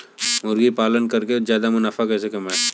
मुर्गी पालन करके ज्यादा मुनाफा कैसे कमाएँ?